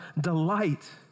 Delight